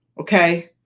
okay